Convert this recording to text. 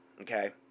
okay